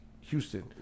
Houston